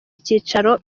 icyicaro